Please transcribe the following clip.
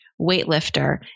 weightlifter